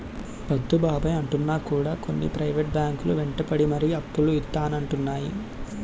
వద్దు బాబోయ్ అంటున్నా కూడా కొన్ని ప్రైవేట్ బ్యాంకు లు వెంటపడి మరీ అప్పులు ఇత్తానంటున్నాయి